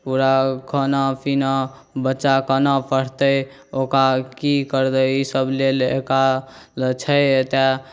पूरा खाना पीना बच्चा कोना पढ़तै ओकरा कि करतै ईसब लेल एकरालए छै एतऽ